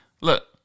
Look